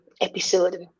episode